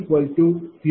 4665882 2